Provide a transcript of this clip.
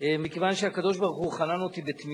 הנני מתכבד